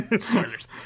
Spoilers